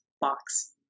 box